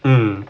mmhmm